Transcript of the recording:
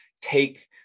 take